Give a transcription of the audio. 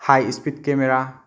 high speed camera